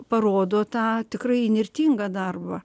parodo tą tikrai įnirtingą darbą